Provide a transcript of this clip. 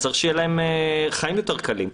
צריך שיהיו להם חיים יותר קלים.